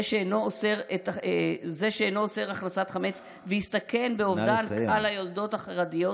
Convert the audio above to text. זה שאינו אוסר הכנסת חמץ ויסתכן באובדן קהל היולדות החרדיות